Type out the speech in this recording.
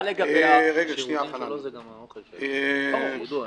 זה כולל